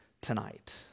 tonight